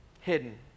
hidden